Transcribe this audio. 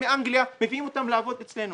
מאנגליה ומביאים אותם לעבוד אצלנו